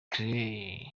klein